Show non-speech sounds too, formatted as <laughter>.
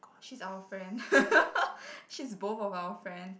she's our friend <laughs> she's both of our friend